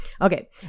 Okay